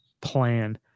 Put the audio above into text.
Plan